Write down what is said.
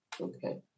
okay